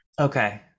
Okay